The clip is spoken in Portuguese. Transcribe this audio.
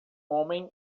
homem